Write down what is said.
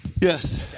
Yes